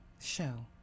show